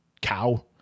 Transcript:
cow